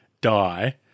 die